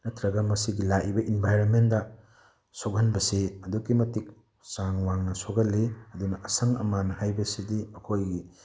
ꯅꯠꯇ꯭ꯔꯥꯒ ꯃꯁꯤꯒꯤ ꯂꯥꯛꯏꯕ ꯏꯟꯚꯥꯏꯔꯃꯦꯟꯗ ꯁꯣꯛꯍꯟꯕꯁꯤ ꯑꯗꯨꯛꯀꯤ ꯃꯇꯤꯛ ꯆꯥꯡ ꯋꯥꯡꯅ ꯁꯣꯛꯍꯜꯂꯤ ꯑꯗꯨꯅ ꯑꯁꯪ ꯑꯃꯥꯟ ꯍꯥꯏꯕꯁꯤꯗꯤ ꯑꯩꯈꯣꯏꯒꯤ